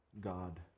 God